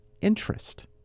interest